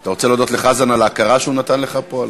אתה רוצה להודות לחזן על ההכרה שהוא נתן לך פה?